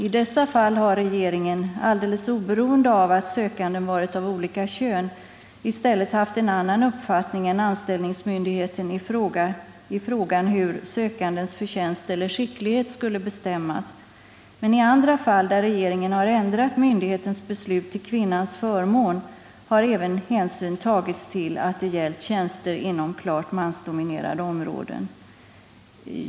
I dessa fall har regeringen — alldeles oberoende av att sökandena varit av olika kön — i stället haft en annan uppfattning än anställningsmyndigheten i frågan hur sökandenas förtjänst eller skicklighet skulle bestämmas. Men i andra fall där regeringen har ändrat myndighetens beslut till kvinnans förmån har även hänsyn tagits till att det gällt tjänster inom klart mansdominerade områden.